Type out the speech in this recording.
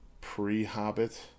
pre-Hobbit